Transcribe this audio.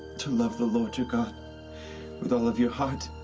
to love the lord your god with all of your heart,